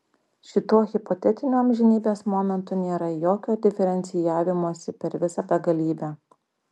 šituo hipotetiniu amžinybės momentu nėra jokio diferencijavimosi per visą begalybę